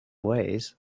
ways